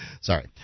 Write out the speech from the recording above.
Sorry